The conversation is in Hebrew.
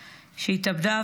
שהתאבדה,